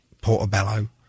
Portobello